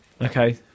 Okay